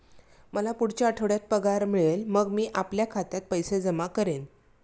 मला पुढच्या आठवड्यात पगार मिळेल मग मी आपल्या खात्यात पैसे जमा करेन